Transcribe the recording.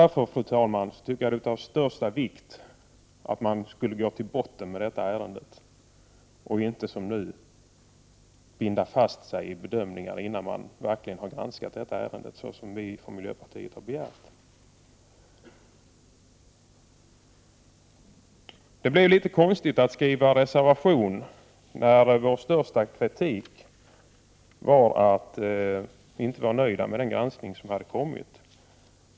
Därför, fru talman, tycker jag att det är av största vikt att gå till botten med detta ärende, vilket vi från miljöpartiet har begärt, och inte som nu binda sig för bedömningar innan ärendet verkligen är granskat. Det kändes litet konstigt att skriva en reservation, när vår kritik främst berodde på att vi inte var nöjda med den granskning som hade gjorts.